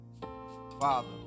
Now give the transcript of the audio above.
Father